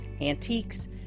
antiques